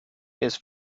his